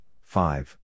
five